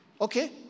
Okay